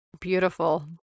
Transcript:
Beautiful